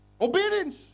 Obedience